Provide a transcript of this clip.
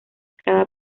cada